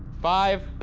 five